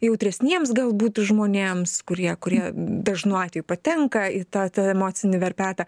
jautresniems galbūt žmonėms kurie kurie dažnu atveju patenka į tą tą emocinį verpetą